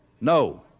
No